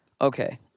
okay